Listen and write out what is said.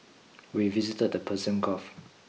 we visited the Persian Gulf